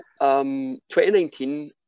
2019